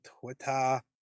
Twitter